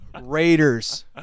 Raiders